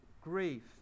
grief